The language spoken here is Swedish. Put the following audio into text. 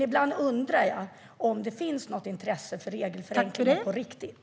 Ibland undrar jag om det finns något intresse för regelförändringar på riktigt.